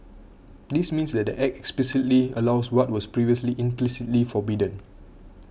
this means that the Act explicitly allows what was previously implicitly forbidden